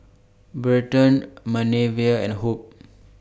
Berton Manervia and Hope